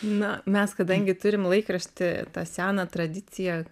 na mes kadangi turim laikrašty tą seną tradiciją